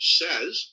says